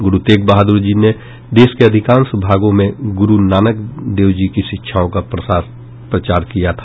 गुरु तेग बहादुर जी ने देश के अधिकांश भागों में गुरु नानक देवजी की शिक्षाओं का प्रचार किया था